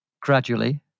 Gradually